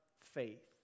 faith